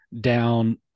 down